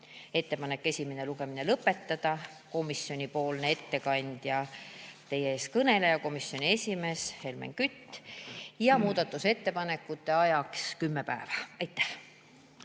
ettepanek esimene lugemine lõpetada ja komisjoni ettekandja on teie ees kõneleja, komisjoni esimees Helmen Kütt. Muudatusettepanekute ajaks on kümme päeva. Aitäh!